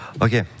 Okay